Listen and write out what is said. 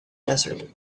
desert